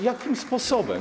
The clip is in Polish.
Jakim sposobem?